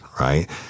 right